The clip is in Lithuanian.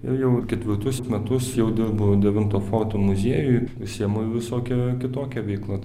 ir jau ketvirtus metus jau dirbu devinto forto muziejuj užsiemu visokia kitokia veikla